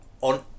on